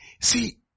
See